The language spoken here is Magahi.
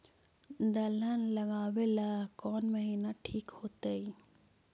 दलहन लगाबेला कौन महिना ठिक होतइ?